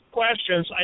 questions